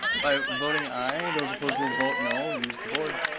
by voting aye, those opposed will vote no, use the board.